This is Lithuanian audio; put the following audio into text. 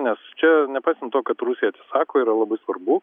nes čia nepaisant to kad rusija atsisako yra labai svarbu